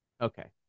Okay